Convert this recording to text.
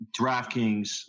DraftKings